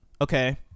Okay